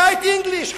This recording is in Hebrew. Light English.